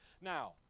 Now